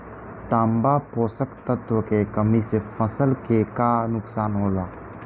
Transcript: तांबा पोषक तत्व के कमी से फसल के का नुकसान होला?